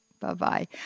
Bye-bye